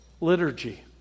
liturgy